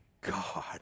God